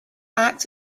act